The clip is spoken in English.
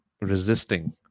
resisting